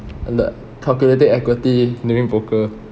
the calculated equity during poker